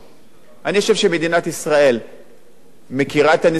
אני חושב שמדינת ישראל מכירה את הנזקקים שלה,